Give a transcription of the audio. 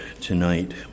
tonight